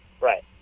Right